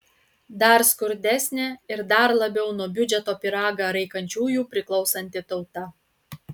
dar skurdesnė ir dar labiau nuo biudžeto pyragą raikančiųjų priklausanti tauta